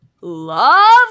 love